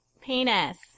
Penis